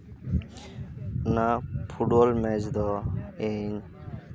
ᱚᱱᱟ football match ᱫᱚ ᱤᱧ